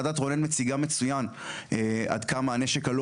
ועדת רונן מציגה מצוין עד כמה הנשק הלא